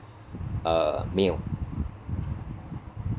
uh mei you